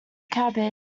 cabbage